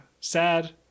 Sad